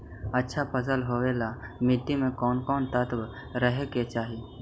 अच्छा फसल होबे ल मट्टी में कोन कोन तत्त्व रहे के चाही?